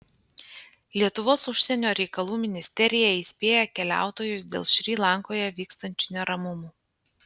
lietuvos užsienio reikalų ministerija įspėja keliautojus dėl šri lankoje vykstančių neramumų